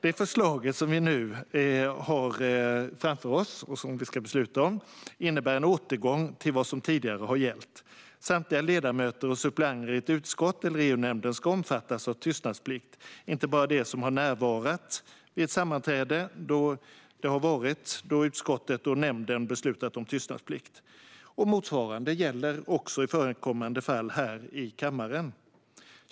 Det förslag som vi nu har framför oss och som vi ska besluta om innebär en återgång till vad som tidigare har gällt. Samtliga ledamöter och suppleanter i ett utskott eller i EU-nämnden ska omfattas av tystnadsplikt, inte bara de som har närvarat vid ett sammanträde då utskottet eller nämnden beslutat om tystnadsplikt. Motsvarande gäller också i förekommande fall här i kammaren.